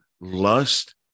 lust